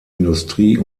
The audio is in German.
industrie